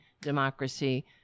democracy